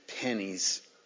pennies